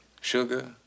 Sugar